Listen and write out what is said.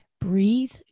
breathe